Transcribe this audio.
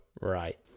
Right